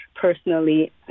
personally